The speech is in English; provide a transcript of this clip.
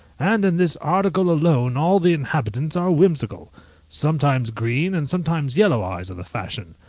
and in this article alone all the inhabitants are whimsical sometimes green and sometimes yellow eyes are the fashion.